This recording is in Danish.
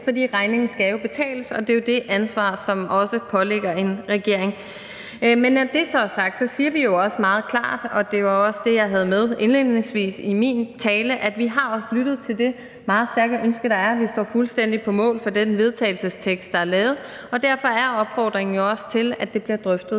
for regningen skal jo betales, og det er det ansvar, som også ligger på en regering. Men når det er sagt, siger vi jo også meget klart – og det var også det, jeg havde med indledningsvis i min tale – at vi har lyttet til det meget stærke ønske, der er. Vi står fuldstændig på mål for det forslag til vedtagelse, der er lavet. Derfor er opfordringen jo også, at det bliver drøftet